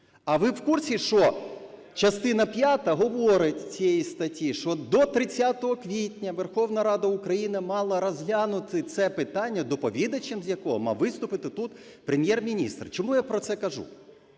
А ви в курсі, що частина п'ята говорить, цієї статті, що до 30 квітня Верховна Рада України мала розглянути це питання, доповідачем з якого мав виступити тут Прем'єр-міністр? Чому я про це кажу?